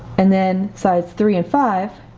and then sides three and five